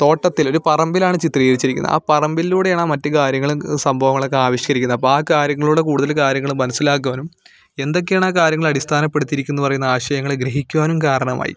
തോട്ടത്തില് ഒരു പറമ്പിലാണ് ചിത്രീകരിച്ചിരിക്കുന്നത് ആ പറമ്പിലൂടെയാണ് മറ്റു കാര്യങ്ങളും സംഭവങ്ങളൊക്കെ ആവിഷ്കരിക്കുന്നത് അപ്പോൾ ആ കാര്യങ്ങളൊട് കൂടുതല് കാര്യങ്ങള് മനസിലാക്കാനും എന്തൊക്കെയാണ് കാര്യങ്ങളെയ അടിസ്ഥാനപ്പെടുത്തിയിരിക്കുന്നത് പറയുന്ന ആശയങ്ങളെ ഗ്രഹിക്കുവാനും കാരണമായി